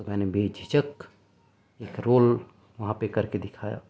تو میں نے بےجھجھک ایک رول وہاں پہ کر کے دکھایا